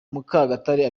mukagatare